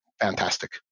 fantastic